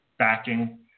backing